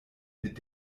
mit